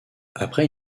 après